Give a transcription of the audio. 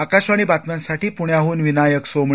आकाशवाणी बातम्यांसाठी पुण्याह्न विनायक सोमणी